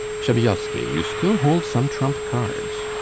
shabelski, you still hold some trump cards.